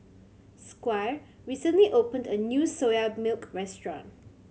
Squire recently opened a new Soya Milk restaurant